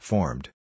Formed